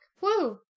Woo